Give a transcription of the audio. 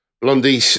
Blondie